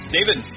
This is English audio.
David